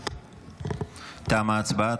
תמה ההצבעה.